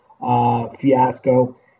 fiasco